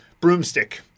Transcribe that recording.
broomstick